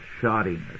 shoddiness